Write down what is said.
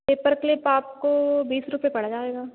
paper clip आपको बीस रुपये पड़ जाएगा